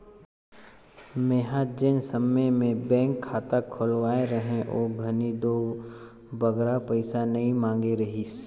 मेंहा जेन समे में बेंक खाता खोलवाए रहें ओ घनी दो बगरा पइसा नी मांगे रहिस